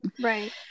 Right